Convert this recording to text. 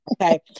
okay